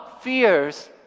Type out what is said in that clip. fears